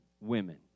women